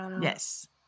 Yes